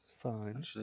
fine